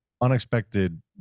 unexpected